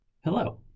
Hello